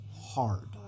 hard